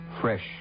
Fresh